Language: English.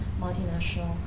multinational